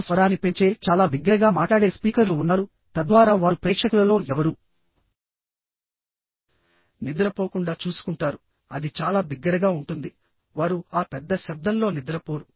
తమ స్వరాన్ని పెంచే చాలా బిగ్గరగా మాట్లాడే స్పీకర్లు ఉన్నారుతద్వారా వారు ప్రేక్షకులలో ఎవరూ నిద్రపోకుండా చూసుకుంటారు అది చాలా బిగ్గరగా ఉంటుందివారు ఆ పెద్ద శబ్దంలో నిద్రపోరు